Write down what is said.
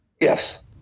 Yes